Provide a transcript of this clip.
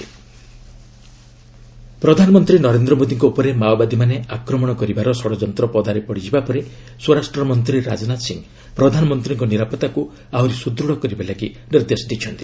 Rajnath PM security ପ୍ରଧାନମନ୍ତ୍ରୀ ନରେନ୍ଦ ମୋଦିଙ୍କ ଉପରେ ମାଓବାଦୀମାନେ ଆକ୍ମଣ କରିବାର ଷଡ଼ଯନ୍ତ ପଦାରେ ପଡ଼ିବା ପରେ ସ୍ୱରାଷ୍ଟମନ୍ତ୍ରୀ ରାଜନାଥ ସିଂ ପ୍ରଧାନମନ୍ତ୍ରୀଙ୍କ ନିରାପତ୍ତାକୁ ଆହୁରି ସୁଦୃଢ଼ କରିବା ଲାଗି ନିର୍ଦ୍ଦେଶ ଦେଇଛନ୍ତି